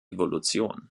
evolution